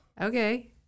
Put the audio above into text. okay